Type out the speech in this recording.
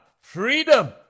Freedom